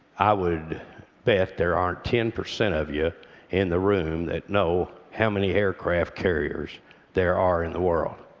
i would bet there aren't ten percent of you in the room that know how many aircraft carriers there are in the world.